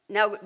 Now